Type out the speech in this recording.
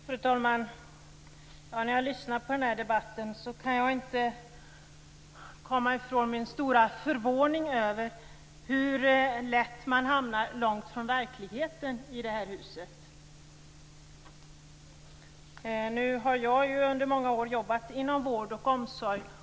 Fru talman! När jag lyssnar på den här debatten kan jag inte komma ifrån min stora förvåning över hur lätt man hamnar långt från verkligheten i det här huset. Jag har ju jobbat inom vård och omsorg i många år.